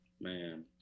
Man